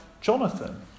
Jonathan